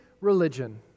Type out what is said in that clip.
religion